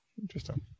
Interesting